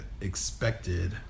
expected